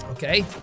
Okay